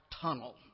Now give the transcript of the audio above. tunnel